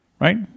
right